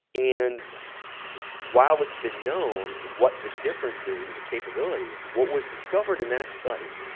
and while it's been known what the difference is and the capability, what was discovered in that study,